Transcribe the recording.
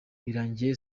birangiye